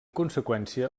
conseqüència